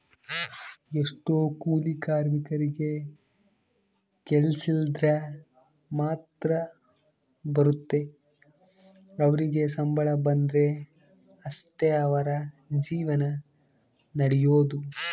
ಎಷ್ಟೊ ಕೂಲಿ ಕಾರ್ಮಿಕರಿಗೆ ಕೆಲ್ಸಿದ್ರ ಮಾತ್ರ ಬರುತ್ತೆ ಅವರಿಗೆ ಸಂಬಳ ಬಂದ್ರೆ ಅಷ್ಟೇ ಅವರ ಜೀವನ ನಡಿಯೊದು